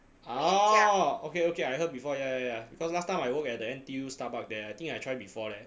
orh okay okay I heard before yeah yeah because last time I work at the N_T_U starbucks there I think I try before leh